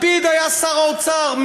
לפיד היה שר האוצר.